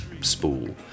spool